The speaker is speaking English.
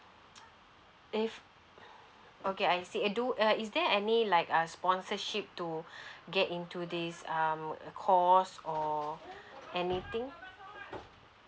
if okay I see uh do uh is there any like uh sponsorship to get into these um course or anything